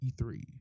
E3